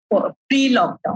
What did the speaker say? pre-lockdown